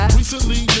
recently